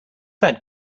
that